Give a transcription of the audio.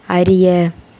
அறிய